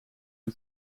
een